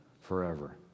forever